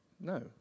No